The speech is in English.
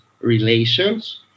relations